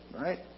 right